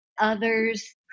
others